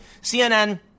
CNN